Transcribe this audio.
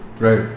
Right